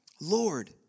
Lord